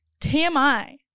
TMI